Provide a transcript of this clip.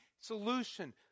solution